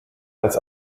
als